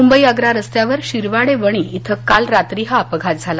मुंबई आग्रा रस्त्यावर शिरवाडे वणी इथं काल रात्री हा अपघात झाला